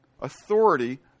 Authority